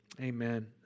Amen